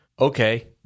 Okay